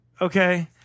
Okay